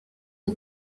you